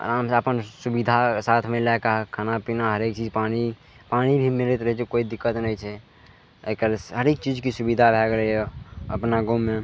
आरामसँ अपन सुविधा साथमे लए कऽ खाना पीना हरेक चीज पानी पानी भी मिलैत रहय छै कोइ दिक्कत नहि छै आइ काल्हि हरेक चीजके सुविधा भए गेलय यऽ अपना गाँवमे